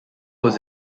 was